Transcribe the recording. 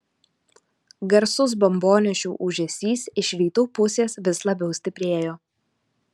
garsus bombonešių ūžesys iš rytų pusės vis labiau stiprėjo